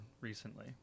recently